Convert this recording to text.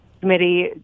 Committee